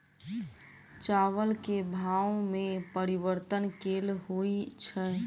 चावल केँ भाव मे परिवर्तन केल होइ छै?